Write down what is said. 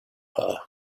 her